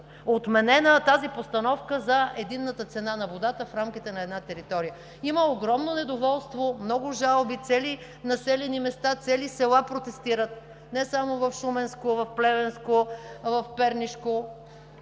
отменена тази постановка за единната цена на водата в рамките на една територия. Има огромно недоволство, много жалби, цели населени места, цели села протестират не само в Шуменско, в Плевенско, в Пернишко